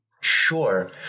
Sure